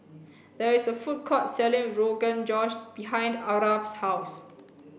there is a food court selling Rogan Josh behind Aarav's house